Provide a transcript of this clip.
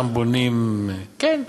כן,